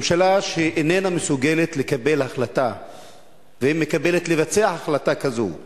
ממשלה שאיננה מסוגלת לקבל החלטה ולבצע החלטה כזאת,